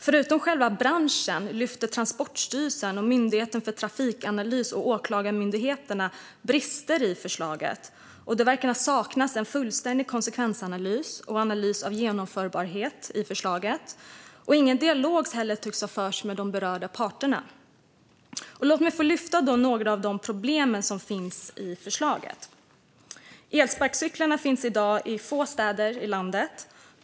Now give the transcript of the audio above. Förutom själva branschen lyfter Transportstyrelsen, myndigheten Trafikanalys och Åklagarmyndigheten fram brister i förslaget. Det verkar saknas en fullständig konsekvensanalys och analys av genomförbarheten i förslaget. Ingen dialog tycks heller har förts med de berörda parterna. Låt mig få lyfta några av de problem som finns med förslaget. Elsparkcyklar finns i dag i få städer i landet.